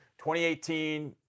2018